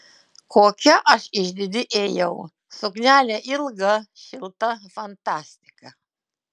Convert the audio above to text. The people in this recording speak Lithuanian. kokia aš išdidi ėjau suknelė ilga šilta fantastika